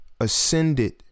ascended